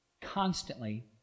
constantly